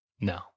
No